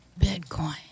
Bitcoin